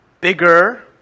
bigger